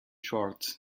schwartz